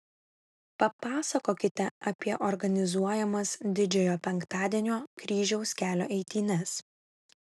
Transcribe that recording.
papasakokite apie organizuojamas didžiojo penktadienio kryžiaus kelio eitynes